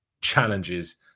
challenges